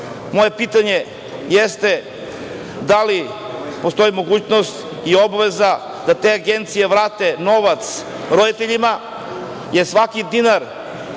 pitanje jeste – da li postoji mogućnost i obaveza da te agencije vrate novac roditeljima? Svaki dinar